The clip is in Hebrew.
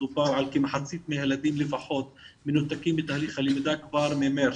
מדובר על כמחצית מהילדים לפחות שמנותקים מתהליך הלמידה כבר ממארס.